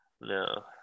No